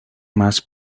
más